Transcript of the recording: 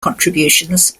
contributions